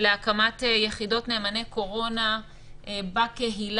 להקמת יחידות נאמני קורונה בקהילה.